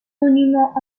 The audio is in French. monuments